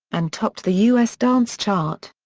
and topped the us dance chart.